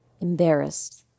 embarrassed